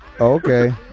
Okay